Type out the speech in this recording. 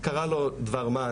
קרה לו דבר מה,